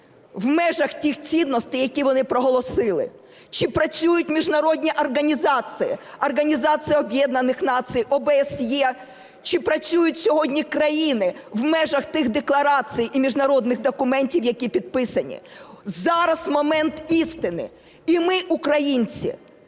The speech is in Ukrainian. в межах тих цінностей, які вони проголосили, чи працюють міжнародні організації, Організація Об'єднаних Націй, ОБСЄ, чи працюють сьогодні країни в межах тих декларацій і міжнародних документів, які підписані. Зараз момент істини і ми, українці,